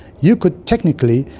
you could technically,